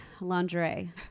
lingerie